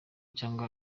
cyangwa